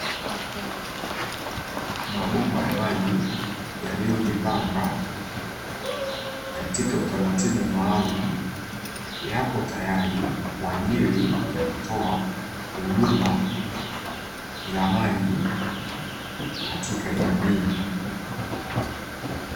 Mabomba ya maji yaliyo jipanga katika utaratibu maalumu, yapo tayari kwa ajili ya kutoa huduma za maji katika jamii.